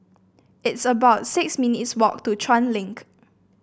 it's about six minutes walk to Chuan Link